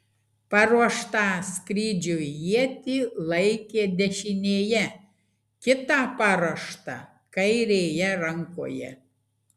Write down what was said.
paruoštą skrydžiui ietį laikė dešinėje kitą paruoštą kairėje rankoje